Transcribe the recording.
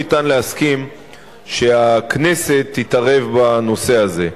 ואי-אפשר להסכים שהכנסת תתערב בנושא הזה.